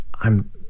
I'm